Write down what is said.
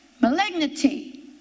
malignity